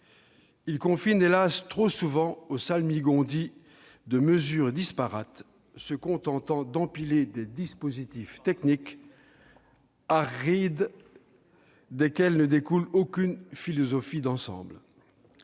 Il confine, hélas !, trop souvent au salmigondis de mesures disparates, se contentant d'empiler des dispositifs techniques, arides, desquels ne découle aucune philosophie d'ensemble.